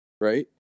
right